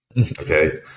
Okay